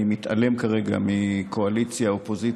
אני מתעלם כרגע מקואליציה אופוזיציה,